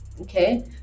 Okay